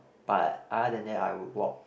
but other than that I would walk